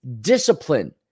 discipline